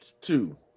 two